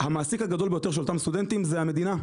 המעסיק הגדול ביותר של אותם סטודנטים זה המדינה.